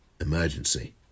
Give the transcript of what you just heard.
emergency